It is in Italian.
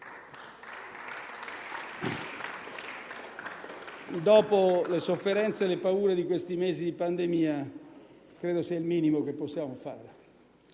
Dopo le sofferenze e le paure di questi mesi di pandemia, credo sia il minimo che possiamo fare.